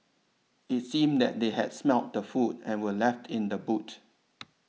it seemed that they had smelt the food and were left in the boot